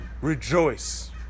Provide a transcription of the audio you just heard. rejoice